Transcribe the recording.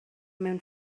mewn